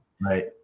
Right